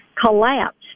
collapsed